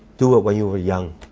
do it while you're young.